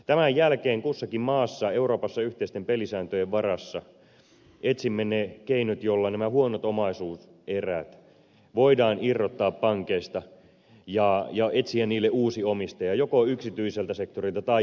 tämän jälkeen kussakin maassa euroopassa yhteisten pelisääntöjen varassa etsimme ne keinot joilla nämä huonot omaisuuserät voidaan irrottaa pankeista ja etsiä niille uusi omistaja joko yksityiseltä sektorilta tai julkiselta sektorilta